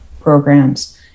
programs